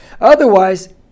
Otherwise